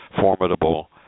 formidable